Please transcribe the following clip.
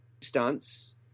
stunts